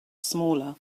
smaller